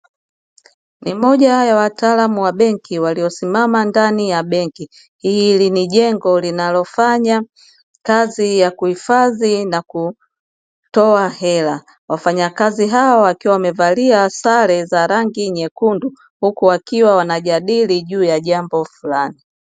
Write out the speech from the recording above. Ni moja ya wataalumu wa benki waliosimama ndani ya benki. Hili ni jengo linalofanya kazi ya kuhifadhi na kutoa hela. Wafanyakazi hawa wakiwa wamevalia sare za rangi nyekundu, huku wakiwa wanajadili juu ya jambo fulani.